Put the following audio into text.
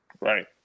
Right